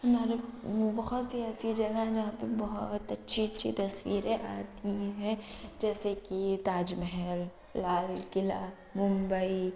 ہمارے بہت سی ایسی جگہ ہیں میں وہاں پہ بہت اچھی اچھی تصویریں آتی ہیں جیسے کہ تاج محل لال قلعہ ممبئی